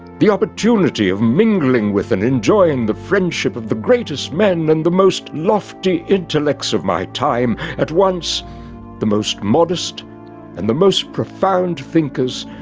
the opportunity of mingling with and enjoying the friendship of the greatest men and the most lofty intellects of my time, at once the most modest and the most profound thinkers,